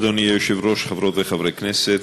אדוני היושב-ראש, חברות וחברי הכנסת,